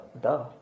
duh